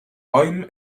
bäumen